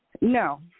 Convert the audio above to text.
No